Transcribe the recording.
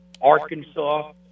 Arkansas